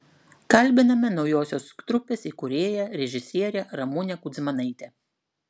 kalbiname naujosios trupės įkūrėją režisierę ramunę kudzmanaitę